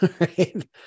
Right